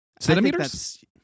centimeters